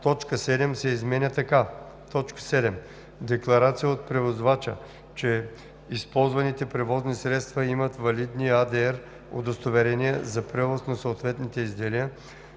точка 7 се изменя така: „7. декларация от превозвача, че използваните превозни средства имат валидни ADR удостоверения за превоз на съответните изделия,